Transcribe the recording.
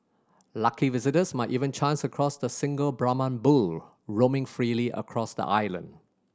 lucky visitors might even chance across the single Brahman bull roaming freely across the island